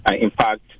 Impact